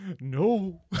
No